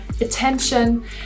attention